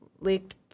leaked